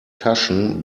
cushion